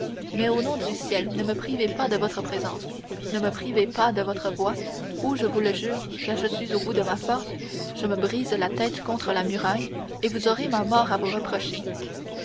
mais au nom du ciel ne me privez pas de votre présence ne me privez pas de votre voix ou je vous le jure car je suis au bout de ma force je me brise la tête contre la muraille et vous aurez ma mort à vous reprocher